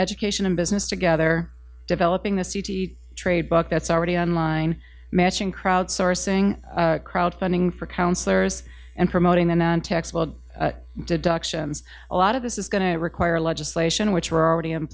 education and business together developing this trade book that's already on line matching crowdsourcing crowd funding for counsellors and promoting the nontaxable deductions a lot of this is going to require legislation which were already